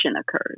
occurs